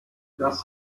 das